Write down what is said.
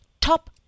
top